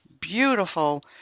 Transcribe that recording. beautiful